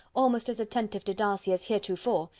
almost as attentive to darcy as heretofore,